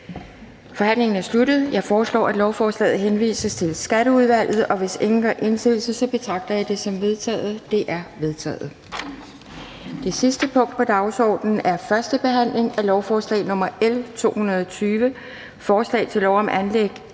forhandlingen sluttet. Jeg foreslår, at lovforslaget henvises til Skatteudvalget, og hvis ingen gør indsigelse, betragter jeg det som vedtaget. Det er vedtaget. --- Det sidste punkt på dagsordenen er: 8) 1. behandling af lovforslag nr. L 220: Forslag til lov om anlæg